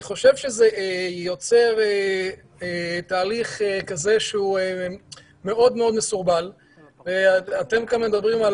אני חושב שזה יוצר תהליך כזה שהוא מאוד מסורבל ואתם כאן מדברים על